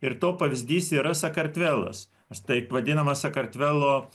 ir to pavyzdys yra sakartvelas nes taip vadinama sakartvelo